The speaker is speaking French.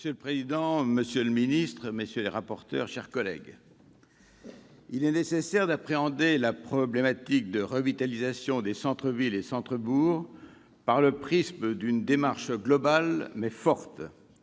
Monsieur le président, monsieur le ministre, mes chers collègues, il est nécessaire d'appréhender le problème de la revitalisation des centres-villes et centres-bourgs par le prisme d'une démarche globale, mais forte,